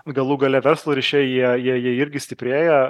galų gale verslo ryšiai jie jie jie irgi stiprėja